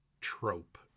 trope